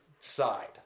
side